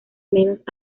menos